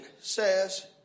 says